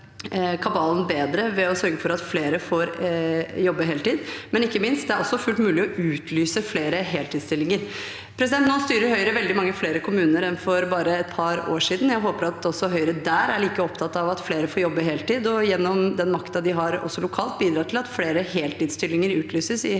ved å sørge for at flere får jobbe heltid. Ikke minst er det også fullt mulig å utlyse flere heltidsstillinger. Nå styrer Høyre veldig mange flere kommuner enn for bare et par år siden. Jeg håper Høyre også der er like opptatt av at flere får jobbe heltid, og gjennom den makten de har lokalt, bidrar til at flere heltidsstillinger utlyses i helse-